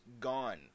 gone